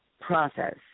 process